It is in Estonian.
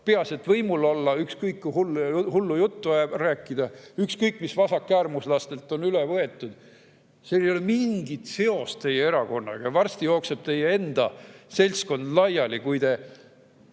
et võimul olla, ükskõik kui hullu juttu rääkida, ükskõik mis vasakäärmuslastelt üle võtta. Siin ei ole mingit seost teie erakonnaga. Varsti jookseb teie enda seltskond laiali, kui te